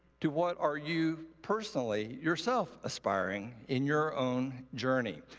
to what are you personally yourself aspiring in your own journey?